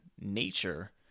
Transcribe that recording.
nature